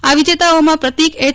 આ વિજેતાઓમાં પ્રતીક એચ